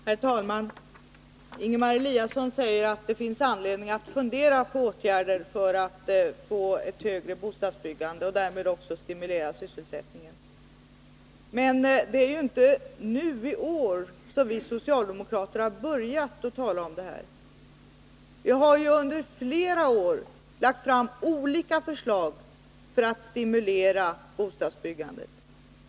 Herr talman! Ingemar Eliasson säger att det finns anledning att fundera över åtgärder för att få ett högre bostadsbyggande och därmed också stimulera sysselsättningen. Det är ju inte nu i år som vi socialdemokrater har börjat att tala om den här saken. Under flera år har vi lagt fram olika förslag för att stimulera bostadsbyggandet.